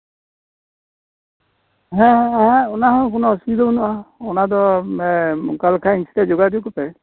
ᱦᱮᱸ ᱦᱮᱸ ᱦᱮᱸ ᱚᱱᱟ ᱫᱚ ᱠᱳᱱᱳ ᱚᱥᱩᱵᱤᱫᱷᱟ ᱵᱟᱱᱩᱜᱼᱟ ᱚᱱᱟᱫᱚ ᱚᱱᱠᱟ ᱞᱮᱠᱷᱟᱡ ᱤᱧ ᱥᱟᱶᱛᱮ ᱡᱳᱜᱟᱡᱳᱜᱽ ᱯᱮ